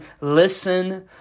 Listen